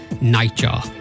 Nightjar